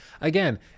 again